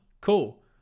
cool